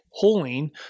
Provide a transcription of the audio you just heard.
pulling